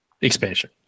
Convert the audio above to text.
expansion